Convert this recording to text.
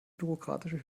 bürokratische